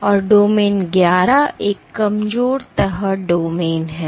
और डोमेन 11 एक कमजोर तह डोमेन है